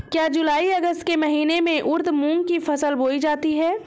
क्या जूलाई अगस्त के महीने में उर्द मूंग की फसल बोई जाती है?